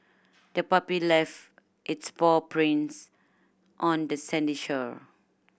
the puppy left its paw prints on the sandy shore